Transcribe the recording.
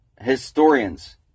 historians